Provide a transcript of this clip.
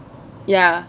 ya